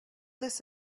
this